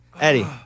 Eddie